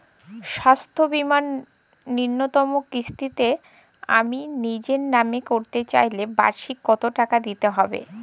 স্বাস্থ্য বীমার ন্যুনতম কিস্তিতে আমি নিজের নামে করতে চাইলে বার্ষিক কত টাকা দিতে হবে?